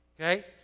Okay